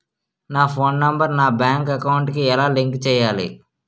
నా phone number నా bank account కి ఎలా లింక్ చేయాలి?